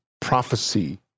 prophecy